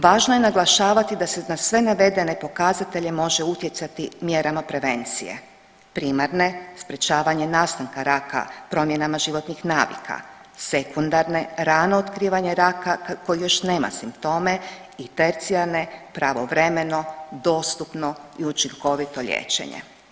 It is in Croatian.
Važno je naglašavati da se na sve navedene pokazatelje može utjecati mjerama prevencije, primarne sprečavanje nastanka raka, promjenama životnih navika, sekundarne rano otkrivanje raka koji još nema simptome i tercijarne pravovremeno, dostupno i učinkovito liječenje.